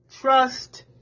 trust